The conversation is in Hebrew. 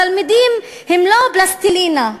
התלמידים הם לא פלסטלינה.